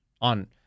on